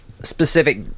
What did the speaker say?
specific